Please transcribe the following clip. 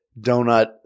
donut